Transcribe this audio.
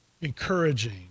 Encouraging